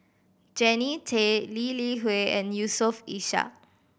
Jannie Tay Lee Li Hui and Yusof Ishak